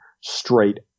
straight